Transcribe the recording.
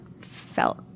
felt